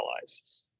allies